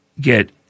get